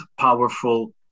powerful